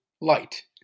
Light